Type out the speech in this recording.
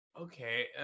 okay